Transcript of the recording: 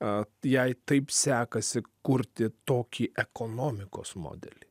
o jei taip sekasi kurti tokį ekonomikos modelį